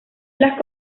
las